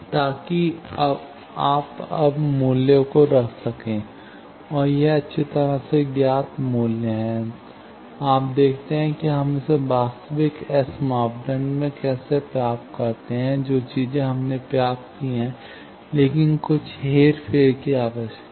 ताकि आप अब मूल्यों को रख सकें और यह अच्छी तरह से ज्ञात मूल्य है आप देखते हैं हम इसे वास्तविक एस मापदंड में कैसे प्राप्त करते हैं जो चीजें हमने प्राप्त की हैं लेकिन कुछ हेरफेर की आवश्यकता है